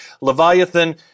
Leviathan